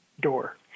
door